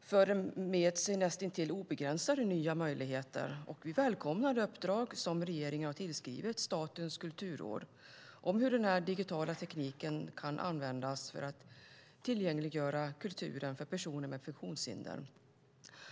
för med sig näst intill obegränsade nya möjligheter. Vi välkomnar det uppdrag som regeringen har gett Statens kulturråd om hur den digitala tekniken kan användas för att tillgängliggöra kulturen för personer med funktionshinder.